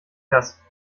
das